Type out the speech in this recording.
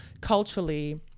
culturally